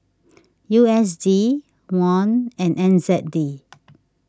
U S D Won and N Z D